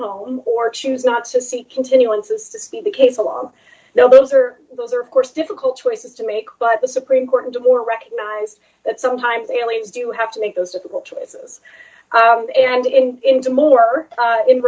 home or choose not to see continuances to see the case along those are those are of course difficult choices to make but the supreme court and a more recognized that sometimes aliens do have to make those difficult choices and in into more